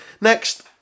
Next